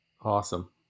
Awesome